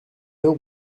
heure